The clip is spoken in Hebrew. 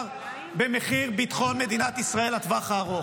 במחיר ביטחון מדינת ישראל בטווח הארוך.